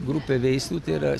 grupę veislių tai yra